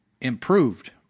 improved